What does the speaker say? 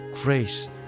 grace